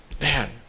man